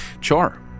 Char